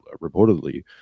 reportedly